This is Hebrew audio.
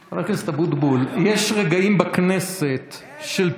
חבר הכנסת אבוטבול, יש רגעים בכנסת של פיוט,